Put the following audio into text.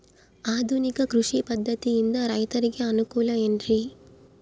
ಆಧುನಿಕ ಕೃಷಿ ಪದ್ಧತಿಯಿಂದ ರೈತರಿಗೆ ಅನುಕೂಲ ಏನ್ರಿ?